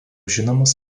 žinomas